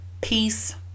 peace